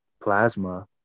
plasma